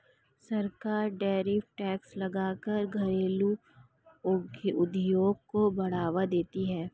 सरकार tariff tax लगा कर घरेलु उद्योग को बढ़ावा देती है